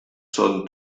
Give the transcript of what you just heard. son